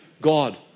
God